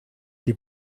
die